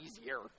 easier